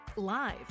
live